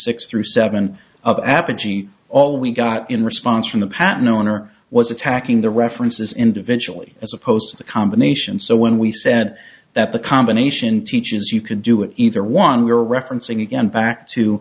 six through seven of apogee all we got in response from the patent owner was attacking the references individually as opposed to the combination so when we said that the combination teaches you could do it either one way or referencing again back to